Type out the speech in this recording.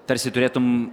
tarsi turėtum